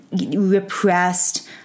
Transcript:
repressed